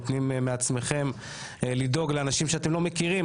נותנים מעצמכם על מנת לדאוג לאנשים שאתם לא מכירים,